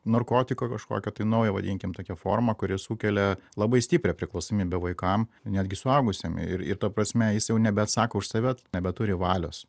narkotiko kažkokio tai naujo vadinkim tokia forma kuri sukelia labai stiprią priklausomybę vaikam netgi suaugusiem ir ir ta prasme jis jau nebeatsako už save nebeturi valios